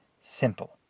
simple